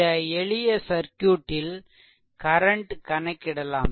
இந்த எளிய சர்க்யூட்டில் கரன்ட் கணக்கிடலாம்